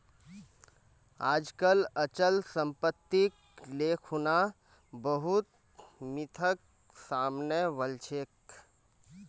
आजकल अचल सम्पत्तिक ले खुना बहुत मिथक सामने वल छेक